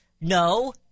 no